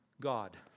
God